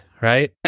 right